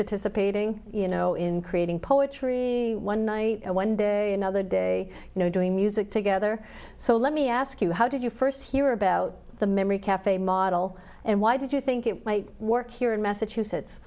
participating you know in creating poetry one night one day another day you know doing music together so let me ask you how did you first hear about the memory cafe model and why did you think it might work here in massachusetts